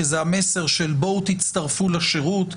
כי זה המסר של בואו תצטרפו לשירות.